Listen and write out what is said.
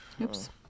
Oops